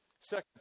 Second